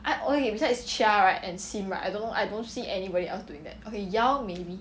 I okay beside chia right and sim right I don't know I don't see anybody else doing that okay yeow maybe